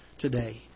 today